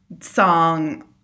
song